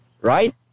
right